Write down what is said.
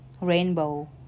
rainbow